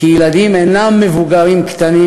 שילדים אינם מבוגרים קטנים,